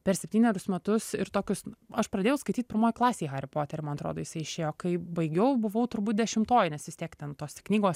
per septynerius metus ir tokius aš pradėjau skaityt pirmoj klasėj harį poterį man atrodo jisai išėjo kai baigiau buvau turbūt dešimtoj nes vis tiek ten tos knygos